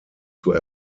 zur